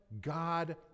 God